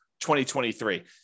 2023